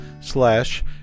slash